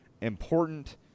important